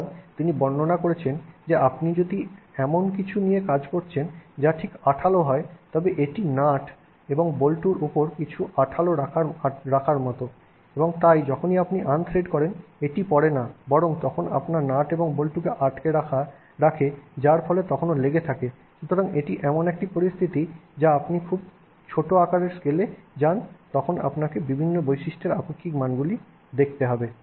সুতরাং তিনি বর্ণনা করেছেন যে আপনি যদি এমন কিছু নিয়ে কাজ করছেন যা ঠিক আঠালো হয় তবে এটি নাট এবং বল্টুর উপর কিছু আঠালো রাখার মতো এবং তাই যখনই আপনি আনথ্রেড করেন এটি পড়ে না বরং এটি তখনও আপনার নাট এবং বল্টুকে আটকে রাখে যার ফলে তখনও লেগে থাকে সুতরাং এটি এমন এক ধরণের পরিস্থিতি যা আপনি যখন খুব ছোট আকারের স্কেলে যান তখন আপনাকে এখন বিভিন্ন বৈশিষ্ট্যের আপেক্ষিক মানগুলি দেখতে হবে